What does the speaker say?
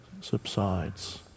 subsides